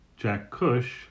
jackcush